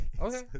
Okay